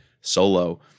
solo